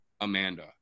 Amanda